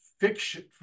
fiction